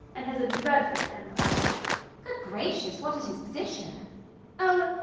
and has a dreadful temper good gracious! what is his position oh,